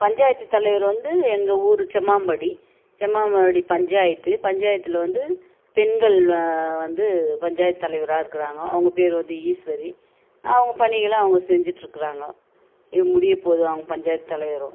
பஞ்சாயத்து தலைவர் வந்து எங்கள் ஊர் செம்மாம்பாடி செம்மாம்பாடி பஞ்சாயத்து பஞ்சாயத்தில் வந்து பெண்கள் வந்து பஞ்சாயத்து தலைவராக இருக்கறாங்க அவங்க பேர் வந்து ஈஸ்வரி அவங்க பணிகளை அவங்க செஞ்சிட்டுருக்கறாங்கோ இ முடியம்போது அவங்க பஞ்சாயத்து தலைவரும்